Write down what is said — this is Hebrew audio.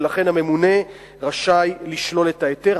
ולכן הממונה רשאי לשלול את ההיתר.